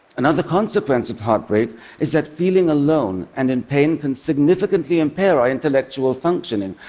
another consequence of heartbreak is that feeling alone and in pain can significantly impair our intellectual functioning,